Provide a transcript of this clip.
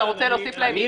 אתה רוצה להוסיף להם מבחן?